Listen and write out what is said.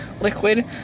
liquid